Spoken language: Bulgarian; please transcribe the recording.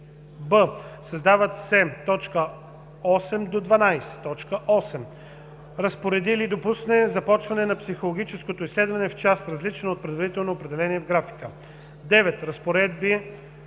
б) създават се точки 8-12: „8. разпореди или допусне започване на психологическото изследване в час, различен от предварително определения в графика; 9. разпореди